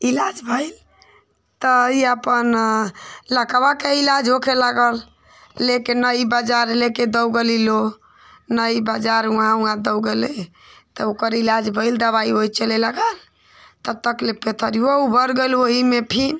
इलाज़ भइल त ई अपना लकवा के इलाज़ होखे लागल लेके नई बाज़ार लेके दौगली लोग नई बाज़ार वहाँ वहाँ दौगले तौ ओकर इलाज़ भइल दवाई ओई चले लागल तब तक ले पथरियौ उभर गइल वही में फिर